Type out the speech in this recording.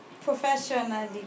professionally